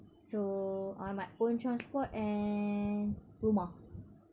so I want my own transport and rumah